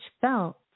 felt